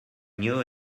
knew